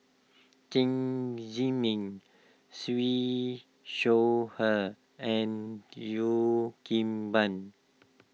Chen Zhiming Siew Shaw Her and Cheo Kim Ban